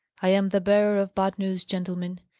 i am the bearer of bad news, gentlemen,